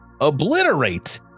obliterate